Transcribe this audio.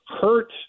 hurt